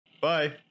Bye